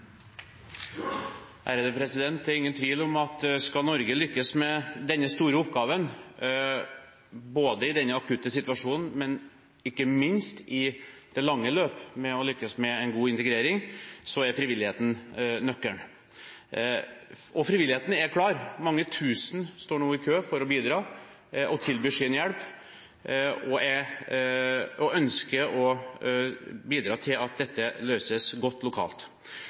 til oppfølgingsspørsmål. Det er ingen tvil om at skal Norge lykkes med denne store oppgaven – i denne akutte situasjonen, men ikke minst i det lange løp – og lykkes med en god integrering, så er frivilligheten nøkkelen. Og frivilligheten er klar – mange tusen står nå i kø for å bidra og tilbyr sin hjelp og ønsker å bidra til at dette løses godt lokalt.